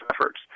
efforts